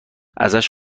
ازش